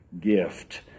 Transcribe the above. gift